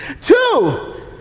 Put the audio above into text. two